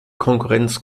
konkurrenz